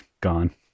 gone